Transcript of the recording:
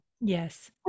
yes